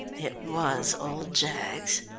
it was old jaggs.